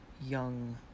young